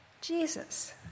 Jesus